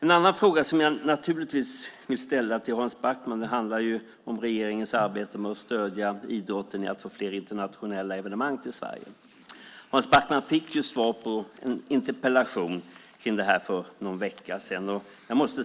En annan fråga jag naturligtvis vill ställa till Hans Backman handlar om regeringens arbete att stödja idrotten att få fler internationella evenemang. Hans Backman fick svar på en interpellation om dessa frågor för någon vecka sedan.